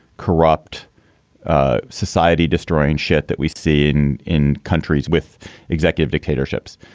corrupt ah society destroying shit that we see in in countries with executive dictatorships.